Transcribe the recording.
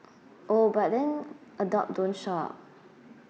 oh but then adopt don't shop